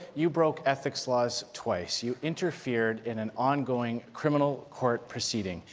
you broke ethics laws twice. you interfered in an ongoing criminal court proceeding.